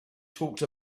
talked